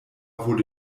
wurde